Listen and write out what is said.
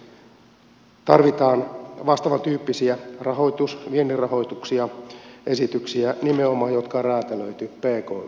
tämän vuoksi tarvitaan vastaavan tyyppisiä viennin rahoituksia esityksiä jotka on räätälöity nimenomaan pk yrityksille